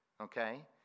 okay